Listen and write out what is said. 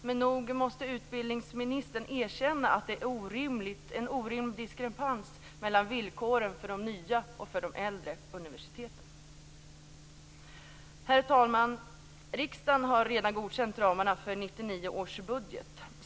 Men nog måste utbildningsministern erkänna att det är en orimlig diskrepans mellan villkoren för de nya och för de äldre universiteten? Herr talman! Riksdagen har redan godkänt ramarna för 1999 års budget.